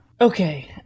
Okay